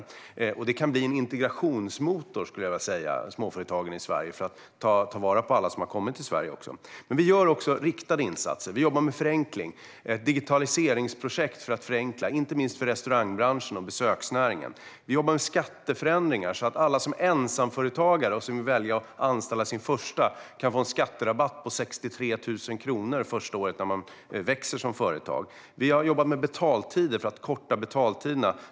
Småföretagen i Sverige kan bli en integrationsmotor, skulle jag vilja säga, när det gäller att ta vara på alla som har kommit till Sverige. Men vi gör också riktade insatser. Vi jobbar med ett digitaliseringsprojekt för att förenkla inte minst för restaurangbranschen och besöksnäringen. Vi jobbar med skatteförändringar, så att alla som är ensamföretagare och som anställer sin första medarbetare kan få en skatterabatt på 63 000 kronor det första året, när man växer som företag. Vi har jobbat med att korta betaltiderna.